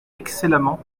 excellemment